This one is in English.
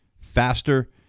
faster